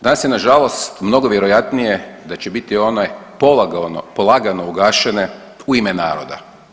Danas je nažalost mnogo vjerojatnije da će biti one polagano ugašene u ime naroda.